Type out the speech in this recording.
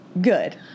Good